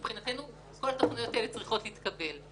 מבחינתנו כל התכניות האלה צריכות להתקבל.